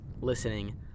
listening